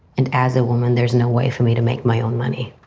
and as a woman, there's no way for me to make my own money.